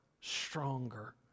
stronger